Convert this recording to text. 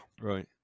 Right